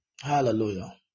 hallelujah